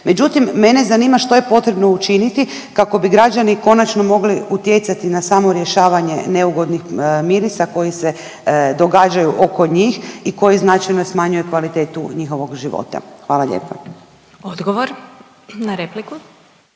Međutim, mene zanima što je potrebno učiniti kako bi građani konačno mogli utjecati na samo rješavanje neugodnih mirisa koji se događaju oko njih i koji značajno smanjuju kvalitetu njihovog života. Hvala lijepa. **Glasovac, Sabina